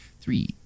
Three